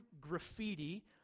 graffiti